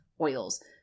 oils